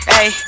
Hey